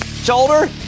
shoulder